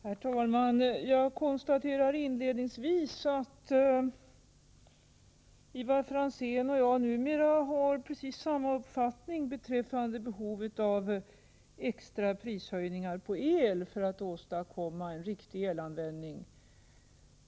Herr talman! Jag konstaterar inledningsvis att Ivar Franzén och jag numera har precis samma uppfattning beträffande behovet av extra prishöjningar på el för att åstadkomma en riktig elanvändning.